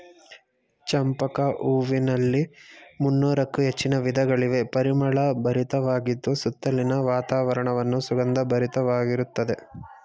ಚಂಪಕ ಹೂವಿನಲ್ಲಿ ಮುನ್ನೋರಕ್ಕು ಹೆಚ್ಚಿನ ವಿಧಗಳಿವೆ, ಪರಿಮಳ ಭರಿತವಾಗಿದ್ದು ಸುತ್ತಲಿನ ವಾತಾವರಣವನ್ನು ಸುಗಂಧ ಭರಿತವಾಗಿರುತ್ತದೆ